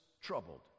troubled